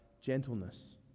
gentleness